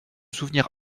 souvenir